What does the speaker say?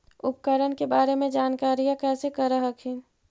उपकरण के बारे जानकारीया कैसे कर हखिन?